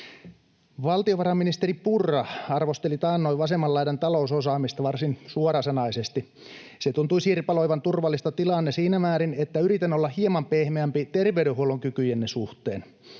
Valtiovarainministeri Purra arvosteli taannoin vasemman laidan talousosaamista varsin suorasanaisesti. Se tuntui sirpaloivan turvallista tilaanne siinä määrin, että yritän olla hieman pehmeämpi terveydenhuollon kykyjenne suhteen.